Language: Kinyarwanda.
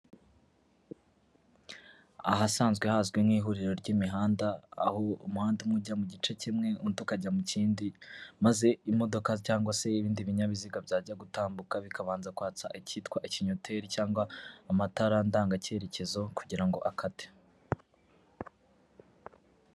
Ahasanzwe hazwi nk'ihuriro ry'imihanda, aho umuhanda umwe ujya mu gice kimwe, undi ukajya mu kindi maze imodoka cyangwa se ibindi binyabiziga byajya gutambuka, bikabanza kwatsa icyitwa ikinyoteri cyangwa amatara ndanga cyeyerekezo kugira ngo akate.